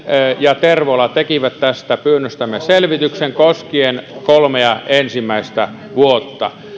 ja tervola tekivät pyynnöstämme tästä selvityksen koskien kolmea ensimmäistä vuotta kun